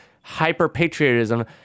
hyper-patriotism